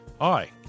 Hi